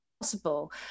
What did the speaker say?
possible